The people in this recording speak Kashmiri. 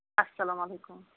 اَسَلام علیکُم